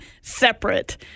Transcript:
separate